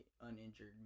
uninjured